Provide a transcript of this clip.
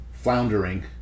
floundering